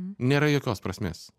nėra jokios prasmės